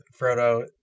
Frodo